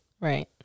Right